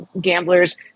gamblers